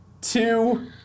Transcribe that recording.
two